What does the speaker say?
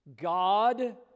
God